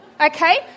Okay